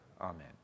amen